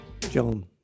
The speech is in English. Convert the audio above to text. John